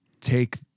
take